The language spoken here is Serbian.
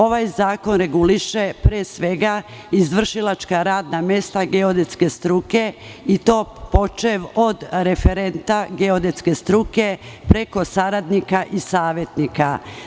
Ovaj zakon reguliše pre svega izvršilačka radna mesta geodetske struke, i to počev od referenta geodetske struke, preko saradnika i savetnika.